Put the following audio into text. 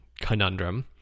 conundrum